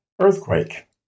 earthquake